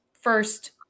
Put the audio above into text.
first